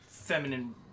feminine